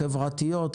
חברתיות,